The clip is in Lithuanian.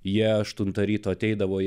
jie aštuntą ryto ateidavo į